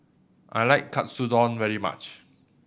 I like Katsudon very much